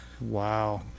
Wow